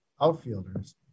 outfielders